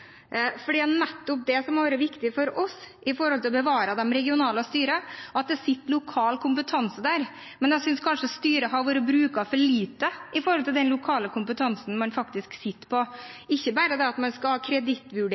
det er nettopp det som må være viktig for oss, med tanke på å bevare de regionale styrene, at det sitter lokal kompetanse der. Jeg synes kanskje styret har blitt brukt for lite i forhold til den lokale kompetansen man faktisk sitter på – ikke bare at man skal ha